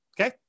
Okay